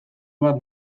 bat